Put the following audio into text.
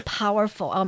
powerful